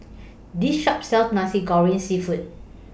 This Shop sells Nasi Goreng Seafood